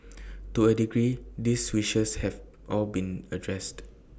to A degree these wishes have all been addressed